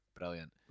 brilliant